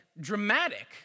dramatic